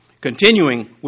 Continuing